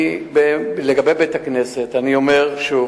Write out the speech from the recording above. לגבי בית-הכנסת, אני אומר שוב: